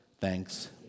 Thanks